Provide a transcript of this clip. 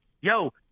yo